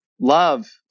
Love